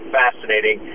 fascinating